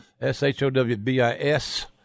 S-H-O-W-B-I-S